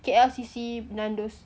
K_L_C_C Nandos